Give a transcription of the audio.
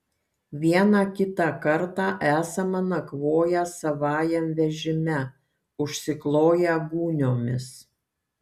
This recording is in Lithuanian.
vieną kitą kartą esame nakvoję savajam vežime užsikloję gūniomis